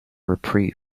reprieve